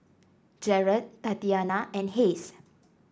Jarret Tatiana and Hayes